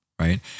right